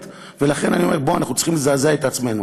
ולכן אני אומר: אנחנו צריכים לזעזע את עצמנו.